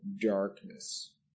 darkness